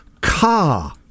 car